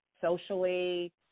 socially